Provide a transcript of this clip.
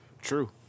True